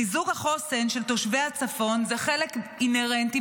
חיזוק החוסן של תושבי הצפון הוא חלק אינהרנטי